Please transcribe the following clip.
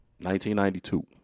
1992